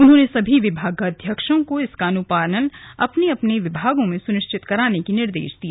उन्होंने सभी विभागाध्यक्षों को इसको अपने अपने विभागों में अनुपालन सुनिश्चित कराने के निर्देश दिए